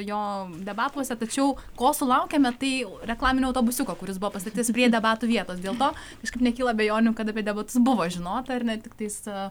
jo debatuose tačiau kol sulaukiame tai reklaminio autobusiuko kuris buvo pastatytas prie debatų vietos dėl to kažkaip nekyla abejonių kad apie debatus buvo žinota ir ne tiktais